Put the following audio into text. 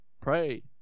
Pray